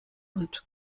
und